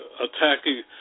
attacking